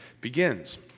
begins